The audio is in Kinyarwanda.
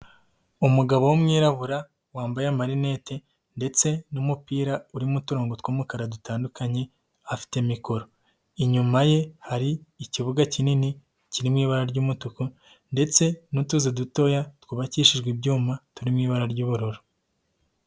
Umugabo w'umwirabura, wambaye amarinete, ndetse n'umupira urimo uturongo tw'umukara dutandukanye, afite mikoro. Inyuma ye hari ikibuga kinini, kiri mu ibara ry'umutuku, ndetse n'utuzu dutoya twubakishijwe ibyuma turi mu ibara ry'ubururu.